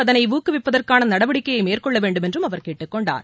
அதனை ஊக்குவிப்பதற்கான நடவடிக்கையை மேற்கொள்ள வேண்டுமென்றும் அவர் கேட்டுக் கொண்டார்